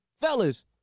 fellas